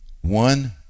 one